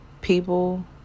people